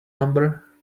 number